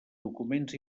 documents